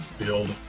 Build